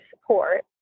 support